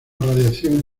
radiación